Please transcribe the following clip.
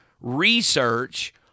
research